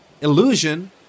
illusion